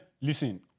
listen